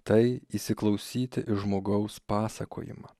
tai įsiklausyti į žmogaus pasakojimą